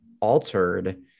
altered